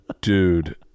Dude